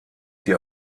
sie